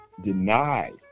deny